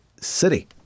city